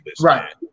Right